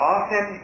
Often